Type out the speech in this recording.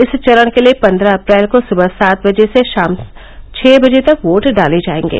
इस चरण के लिये पन्द्रह अप्रैल को सुबह सात बजे से शाम छह बजे तक वोट डाले जायेंगे